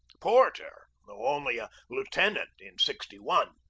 porter, though only a lieutenant in sixty one,